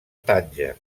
tànger